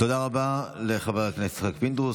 תודה רבה לחבר הכנסת הרב פינדרוס.